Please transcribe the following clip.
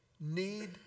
need